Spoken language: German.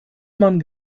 man